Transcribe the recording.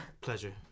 Pleasure